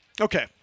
Okay